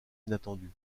inattendues